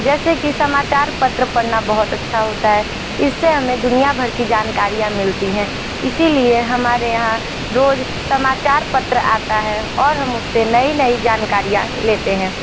जैसे कि समाचार पत्र पढ़ना बहुत अच्छा होता है इससे हमें दुनियाभर की जानकारियाँ मिलती हैं इसीलिए हमारे यहाँ रोज़ समाचार पत्र आता है और हम उससे नई नई जानकारियाँ लेते हैं